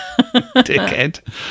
Dickhead